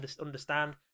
understand